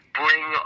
bring